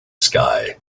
sky